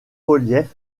reliefs